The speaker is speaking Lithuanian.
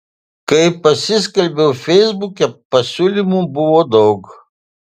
kai pasiskelbiau feisbuke pasiūlymų buvo daug